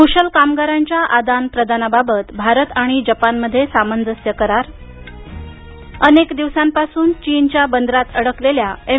क्रशल कामगारांच्या आदान प्रदाना बाबत भारत आणि जपानमध्ये सामंजस्य करार अनेक दिवसांपासून चीनच्या बंदरात अडकलेल्या एम